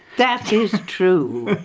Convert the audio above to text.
that is true,